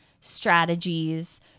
strategies